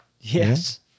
Yes